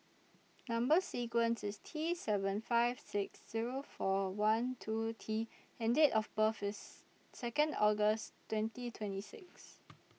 Number sequence IS T seven five six Zero four one two T and Date of birth IS Second August twenty twenty six